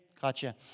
gotcha